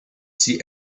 see